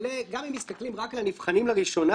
גם אם מסתכלים רק על הנבחנים לראשונה